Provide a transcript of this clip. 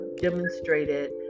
demonstrated